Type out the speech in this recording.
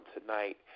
tonight